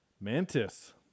Mantis